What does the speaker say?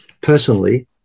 personally